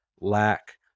lack